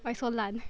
why so 烂